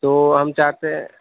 تو ہم چاہتے ہیں